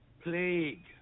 plague